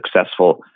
successful